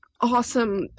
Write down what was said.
awesome